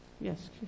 Yes